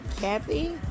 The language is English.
kathy